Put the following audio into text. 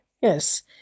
Yes